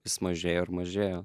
vis mažėjo ir mažėjo